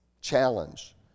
challenge